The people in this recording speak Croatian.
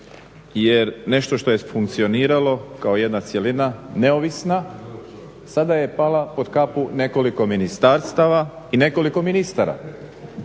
jer nešto što je funkcioniralo kao jedna cjelina neovisna sada je pala pod kapu nekoliko ministarstava i nekoliko ministara.